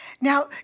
Now